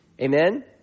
Amen